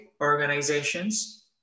organizations